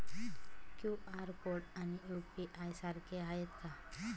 QR code आणि UPI सारखे आहेत का?